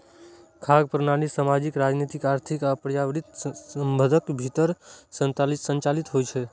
खाद्य प्रणाली सामाजिक, राजनीतिक, आर्थिक आ पर्यावरणीय संदर्भक भीतर संचालित होइ छै